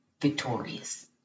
victorious